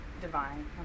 divine